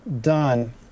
done